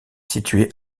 situé